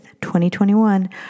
2021